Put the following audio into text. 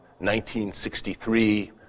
1963